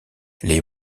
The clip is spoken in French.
les